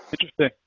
Interesting